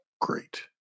great